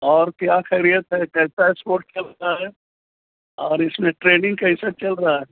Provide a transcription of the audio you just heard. اور کیا خیریت ہے کیسا اسپورٹ کھیل رہا ہے اور اس میں ٹریننگ کیسا چل رہا ہے